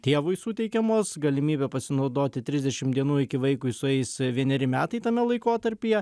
tėvui suteikiamos galimybė pasinaudoti trisdešim dienų iki vaikui sueis vieneri metai tame laikotarpyje